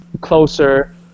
closer